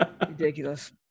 ridiculous